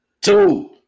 two